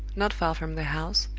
not far from the house,